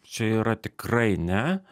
čia yra tikrai ne